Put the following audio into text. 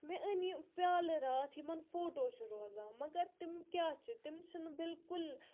مےٚ أنۍ یہِ پیالہٕ راتھ یِمَن فوٹو چھِ روزان مگر تِم کیاہ چھِ تِم چھِ نہٕ بالکُل